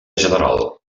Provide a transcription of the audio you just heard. general